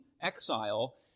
exile